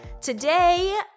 Today